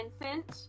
infant